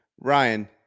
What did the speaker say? Ryan